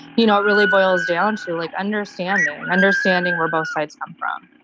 you know, it really boils down to, like, understanding, understanding where both sides come from.